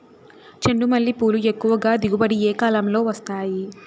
చెండుమల్లి పూలు ఎక్కువగా దిగుబడి ఏ కాలంలో వస్తాయి